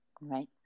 right